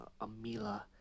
Amila